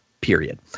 Period